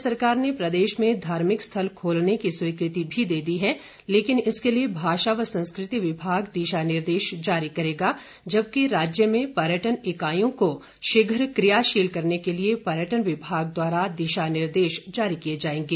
राज्य सरकार ने प्रदेश में धार्मिक स्थल खोलने की स्वीकृति भी दे दी है लेकिन इसके लिए भाषा व संस्कृति विभाग दिशा निर्देश जारी करेगा जबकि राज्य में पर्यटन इकाईयों को शीघ्र कियाशील करने के लिए पर्यटन विभाग द्वारा दिशा निर्देश जारी किए जाएंगे